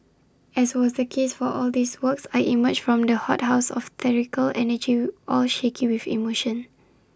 as was the case for all these works I emerged from the hothouse of theatrical energy all shaky with emotion